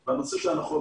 הנחות,